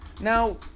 Now